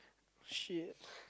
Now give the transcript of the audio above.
shit